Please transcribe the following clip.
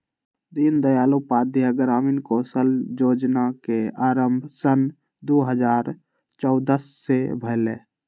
दीनदयाल उपाध्याय ग्रामीण कौशल जोजना के आरम्भ सन दू हज़ार चउदअ से भेलइ